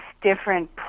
different